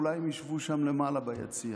אולי הם ישבו שם למעלה ביציע.